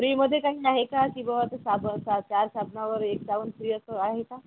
फ्रीमध्ये काही नाही का किंवा साबण चार चार साबणावर एक साबण फ्री असं आहे का